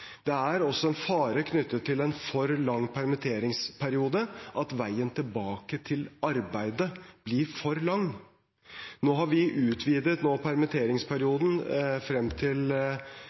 Det er en fare knyttet til en for lang permitteringsperiode, at veien tilbake til arbeidet blir for lang. Nå har vi utvidet permitteringsperioden frem til